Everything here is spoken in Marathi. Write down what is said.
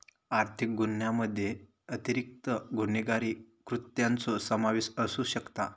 आर्थिक गुन्ह्यामध्ये अतिरिक्त गुन्हेगारी कृत्यांचो समावेश असू शकता